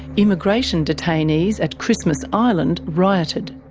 immigration detainees at christmas island rioted,